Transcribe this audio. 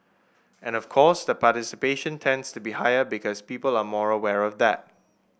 and of course the participation tends to be higher because people are more aware of that